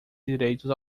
direitos